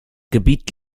gebiet